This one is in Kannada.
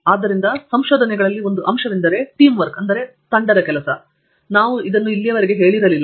ಆದ್ದರಿಂದ ಸಂಶೋಧನೆಗಳಲ್ಲಿ ಒಂದು ಅಂಶವೆಂದರೆ ಟೀಮ್ ವರ್ಕ್ ಅನ್ನು ನಾವು ಇಲ್ಲಿಯವರೆಗೆ ಮುಟ್ಟಲಿಲ್ಲ